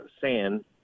sand